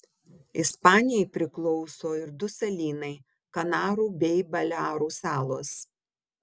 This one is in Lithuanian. ispanijai priklauso ir du salynai kanarų bei balearų salos